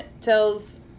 tells